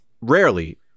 rarely